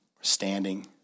standing